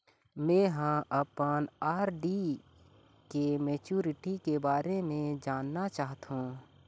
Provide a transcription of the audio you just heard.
में ह अपन आर.डी के मैच्युरिटी के बारे में जानना चाहथों